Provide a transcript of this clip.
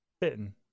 bitten